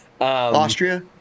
Austria